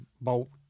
bolt